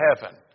heaven